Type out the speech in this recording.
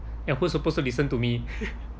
and who's supposed to listen to me